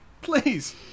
Please